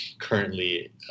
currently